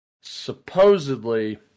supposedly